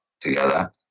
together